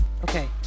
Okay